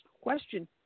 question